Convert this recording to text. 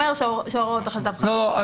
חברי,